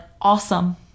awesome